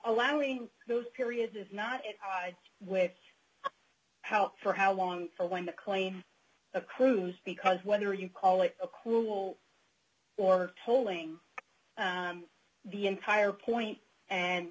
allowing those periods if not with how for how long or when the claim accrues because whether you call it a cool or tolling the entire point and